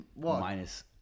minus